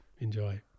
Enjoy